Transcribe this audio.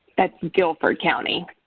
that's and guilford county.